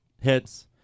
hits